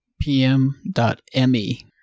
pm.me